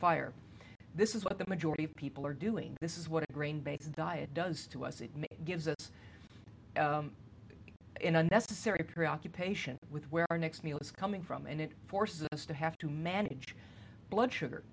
fire this is what the majority of people are doing this is what a grain based diet does to us it gives us in unnecessary preoccupation with where our next meal is coming from and it forces us to have to manage blood sugar